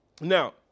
Now